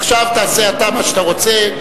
עכשיו תעשה אתה מה שאתה רוצה.